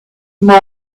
more